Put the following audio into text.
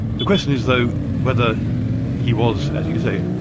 the question is though, whether he was, as you say,